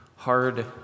hard